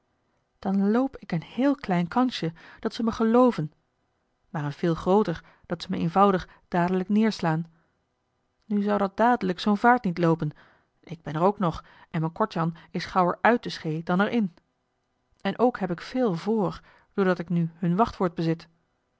dan loop ik een heel klein kansje dat ze me gelooven maar een veel grooter dat ze me eenvoudig dadelijk neerslaan nu zou dat dadelijk zoo'n vaart niet loopen ik ben er ook nog en m'n kortjan is gauwer uit de scheê dan er in en ook heb ik veel voor doordat ik nu hun wachtwoord bezit